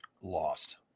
Lost